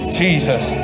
jesus